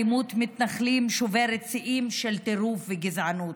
אלימות המתנחלים שוברת שיאים של טירוף וגזענות.